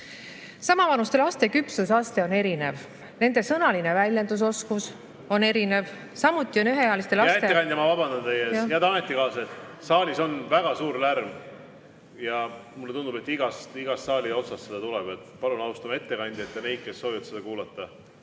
Samavanuste laste küpsusaste on erinev, nende sõnaline väljendusoskus on erinev. Samuti on üheealiste laste ...